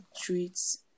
treats